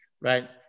right